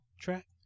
track